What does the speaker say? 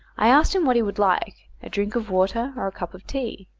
i asked him what he would like, a drink of water or a cup of tea?